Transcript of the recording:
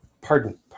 pardon